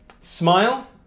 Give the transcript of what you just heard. Smile